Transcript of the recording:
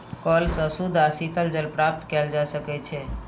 कअल सॅ शुद्ध आ शीतल जल प्राप्त कएल जा सकै छै